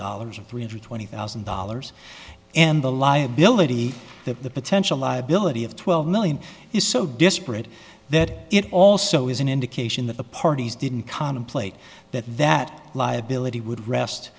dollars and three hundred twenty thousand dollars and the liability that the potential liability of twelve million is so disparate that it also is an indication that the parties didn't contemplate that that liability would